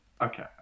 okay